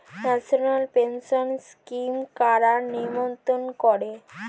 National pension scheme কারা নিয়ন্ত্রণ করে?